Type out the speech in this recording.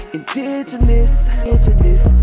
indigenous